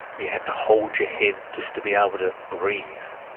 you have to hold your head just to be ah able to breathe.